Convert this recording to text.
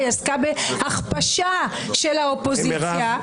היא עסקה בהכפשה של האופוזיציה,